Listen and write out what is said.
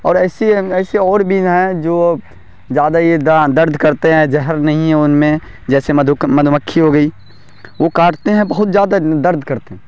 اور ایسے ایسے اور بھی یہاں ہیں جو زیادہ یہ داں درد کرتے ہیں جہر نہیں ہے ان میں جیسے مدھو مدھو مکھی ہو گئی وہ کاٹتے ہیں بہت زیادہ درد کرتے ہیں